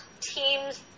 teams